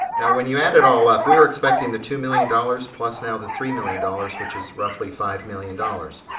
now, when you add it all up, we were expecting the two million dollars plus now the three million dollars which is roughly five million dollars.